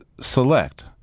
select